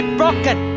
broken